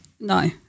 no